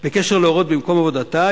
בקשר להורות במקום עבודתה,